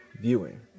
viewing